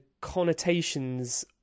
connotations